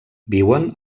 viuen